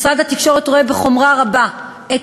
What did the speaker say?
משרד התקשורת רואה בחומרה רבה את